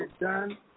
done